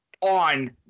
on